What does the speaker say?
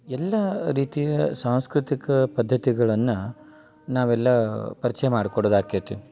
ಎಲ್ಲ ರೀತಿಯ ಸಾಂಸ್ಕೃತಿಕ ಪದ್ಧತಿಗಳನ್ನು ನಾವೆಲ್ಲ ಪರಿಚಯ ಮಾಡ್ಕೊಡದು ಆಕ್ಯೈತಿ